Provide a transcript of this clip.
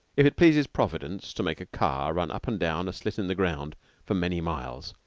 if it pleases providence to make a car run up and down a slit in the ground for many miles,